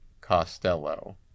Costello